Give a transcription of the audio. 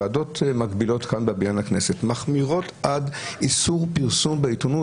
ועדות מקבילות כאן בבניין הכנסת מחמירות עד איסור פרסום בעיתונות,